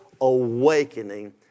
awakening